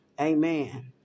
Amen